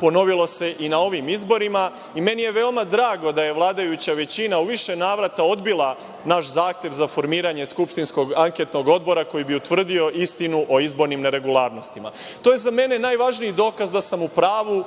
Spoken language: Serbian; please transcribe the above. ponovilo se i na ovim izborima. Meni je veoma drago da je vladajuća većina u više navrata odbila naš zahtev za formiranje skupštinskog anketnog odbora koji bi utvrdio istinu o izbornim neregularnostima. To je za mene najvažniji dokaz da sam u pravu,